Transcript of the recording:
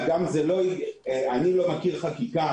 אני לא מכיר חקיקה